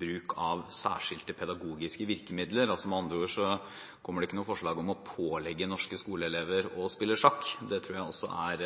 bruk av særskilte pedagogiske virkemidler. Med andre ord kommer det ikke noe forslag om å pålegge norske skoleelever å spille sjakk. Det tror jeg også er